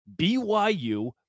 BYU